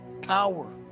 power